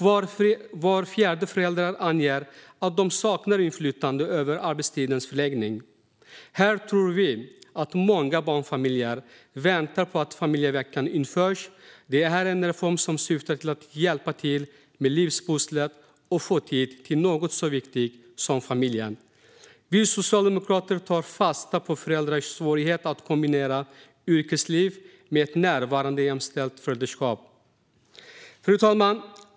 Var fjärde förälder anger att de saknar inflytande över arbetstidens förläggning. Här tror vi att många barnfamiljer väntar på att familjeveckan införs. Det är en reform som syftar till att hjälpa till med livspusslet och att få tid till något så viktigt som familjen. Vi socialdemokrater tar fasta på föräldrars svårighet att kombinera yrkesliv med ett närvarande och jämställt föräldraskap. Fru talman!